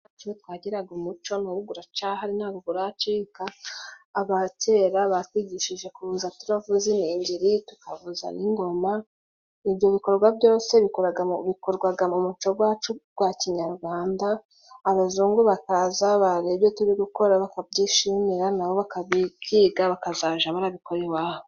Iwacu twagiraga umuco n'ubu guracahari ntabwo guracika, abakera batwigishije kuza turavuza iningiri tukavuza n' ingoma, ibyo bikorwa byose bikoraga bikorwaga mu muco gwacu gwa kinyarwanda, abazungu bakaza bareba ibyo turi gukora bakabyishimira nabo bakabyiga bakazaja barabikoraha iwabo.